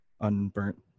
unburnt